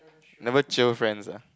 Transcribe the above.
never jio friends ah